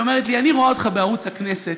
היא אומרת לי: אני רואה אותך בערוץ הכנסת,